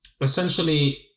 essentially